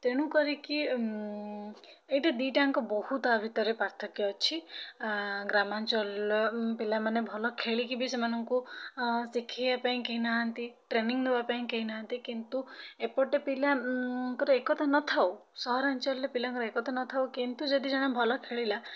ତେଣୁ କରିକି ଏଇଟା ଦୁଇଟାଯାକ ବହୁତ ୟା ଭିତରେ ପାର୍ଥକ୍ୟ ଅଛି ଗ୍ରାମାଞ୍ଚଳର ଉଁ ପିଲାମାନେ ଭଲ ଖେଳିକି ବି ସେମାନଙ୍କୁ ଶିଖେଇବା ପାଇଁ କେହିନାହାନ୍ତି ଟ୍ରେନିଙ୍ଗ୍ ଦେବାପାଇଁ କେହି ନାହାନ୍ତି କିନ୍ତୁ ଏପଟେ ପିଲାଙ୍କର ଏକତା ନଥାଉ ସହରାଞ୍ଚଲରେ ପିଲାଙ୍କର ଏକତା ନଥାଉ କିନ୍ତୁ ଯଦି ଜଣେ ଭଲ ଖେଳିଲା